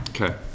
okay